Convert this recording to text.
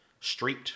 street